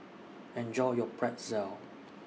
Enjoy your Pretzel